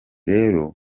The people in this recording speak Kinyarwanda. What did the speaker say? rero